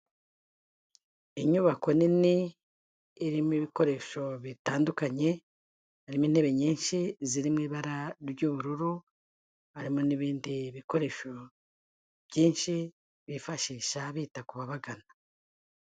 Inyubako nini irimo ibikoresho bitandukanye harimo intebe nyinshi ziri mu ibara ry'ubururu, harimo n'ibindi bikoresho byinshi bifashisha bita ku bababagana.